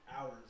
hours